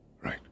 Right